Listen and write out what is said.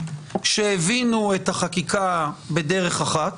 שהבינו את החקיקה בדרך אחת,